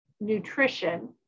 nutrition